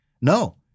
No